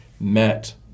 met